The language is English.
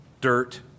dirt